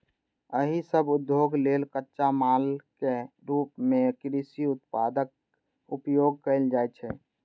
एहि सभ उद्योग लेल कच्चा मालक रूप मे कृषि उत्पादक उपयोग कैल जाइ छै